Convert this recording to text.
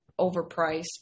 overpriced